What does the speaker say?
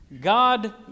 God